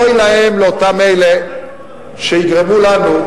אוי להם לאותם אלה שיגרמו לנו,